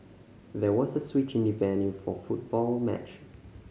there was a switch in the venue for football match